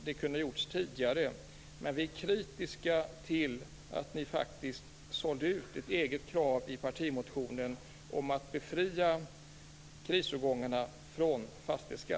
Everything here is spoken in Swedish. Det kunde ha gjorts tidigare. Men vi är kritiska till att ni sålde ut ert eget partimotionskrav om att befria krisårgångarna från fastighetsskatt.